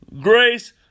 grace